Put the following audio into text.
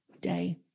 day